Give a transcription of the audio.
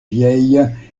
vieilles